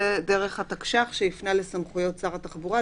דרך התקש"ח שהפנה לסמכויות שר התחבורה.